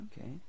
Okay